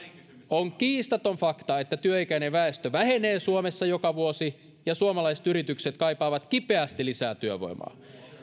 on kiistaton fakta että työikäinen väestö vähenee suomessa joka vuosi ja suomalaiset yritykset kaipaavat kipeästi lisää työvoimaa